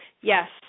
Yes